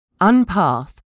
Unpath